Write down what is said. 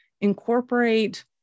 incorporate